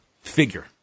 figure